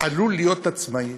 עלול להיות עצמאי,